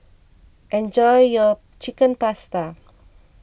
enjoy your Chicken Pasta